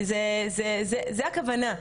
זאת הכוונה.